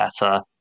better